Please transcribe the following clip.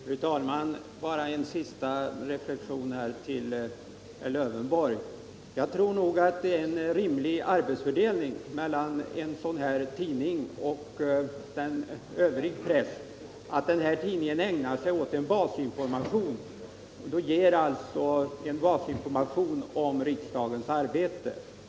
Fru talman! Bara en sista reflexion till herr Lövenborg. Jag tror att det är en rimlig arbetsfördelning mellan en riksdagens tidning och övrig press, att den föreslagna tidningen ägnar sig åt att ge basinformation om riksdagens arbete.